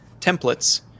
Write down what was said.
templates